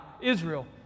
Israel